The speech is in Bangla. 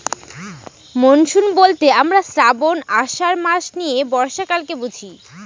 মনসুন বলতে আমরা শ্রাবন, আষাঢ় মাস নিয়ে বর্ষাকালকে বুঝি